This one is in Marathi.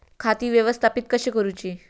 खाती व्यवस्थापित कशी करूची?